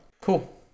Cool